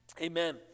Amen